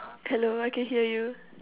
hello I can hear you